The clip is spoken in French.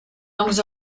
langues